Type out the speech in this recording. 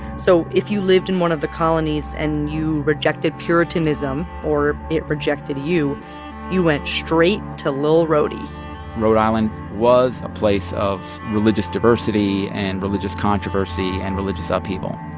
so if you lived in one of the colonies and you rejected puritanism or it rejected you you went straight to lil' rhodey rhode island was a place of religious diversity and religious controversy and religious upheaval.